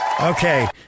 Okay